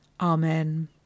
Amen